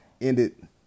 ended